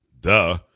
Duh